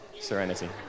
Serenity